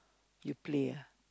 you play ah